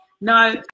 No